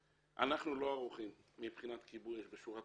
אנחנו לא ערוכים מבחינת כיבוי אש בשורה התחתונה.